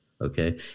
okay